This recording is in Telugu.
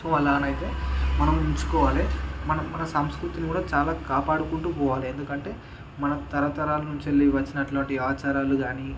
సో అలానైతే మనం ఉంచుకోవాలి మనం మన సంస్కృతిని కూడా చాలా కాపాడుకుంటూ పోవాలి ఎందుకంటే మన తరతరాల నుంచి ఎల్లి వచ్చినట్లువంటి ఆచారాలు కానీ